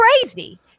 crazy